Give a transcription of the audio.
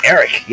Eric